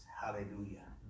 Hallelujah